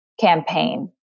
campaign